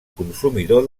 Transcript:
consumidor